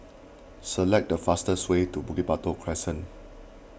select the fastest way to Bukit Batok Crescent